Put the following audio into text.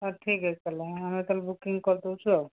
ହେଉ ଠିକ ଅଛି ତା'ହେଲେ ଆମେ ତା'ହେଲେ ବୁକିଙ୍ଗ କରିହେଉଛୁ ଆଉ